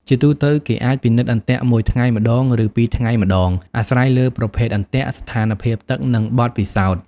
ជាទូទៅ គេអាចពិនិត្យអន្ទាក់មួយថ្ងៃម្តង ឬពីរថ្ងៃម្តង អាស្រ័យលើប្រភេទអន្ទាក់ ស្ថានភាពទឹក និងបទពិសោធន៍។